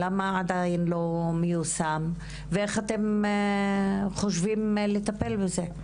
למה עדיין זה לא מיושם ואיך אתם חושבים לטפל בזה.